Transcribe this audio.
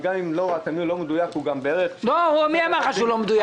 גם אם זה לא כך והתמהיל אינו מדויק --- מי אמר לך שהוא לא מדויק?